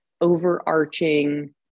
overarching